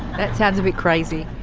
that sounds a bit crazy.